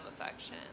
affection